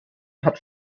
hat